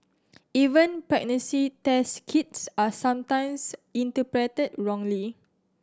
even pregnancy test kits are sometimes interpreted wrongly